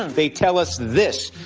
they tell us this.